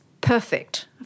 perfect